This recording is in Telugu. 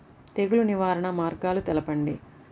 తెగులు నివారణ మార్గాలు తెలపండి?